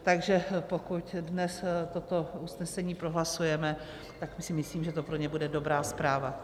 Takže pokud dnes toto usnesení prohlasujeme, tak si myslím, že to pro ně bude dobrá zpráva.